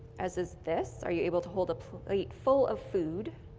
as is this. are you able to hold a plate full of food.